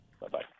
bye-bye